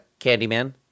Candyman